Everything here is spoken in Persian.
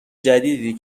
جدیدی